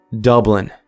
Dublin